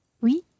Oui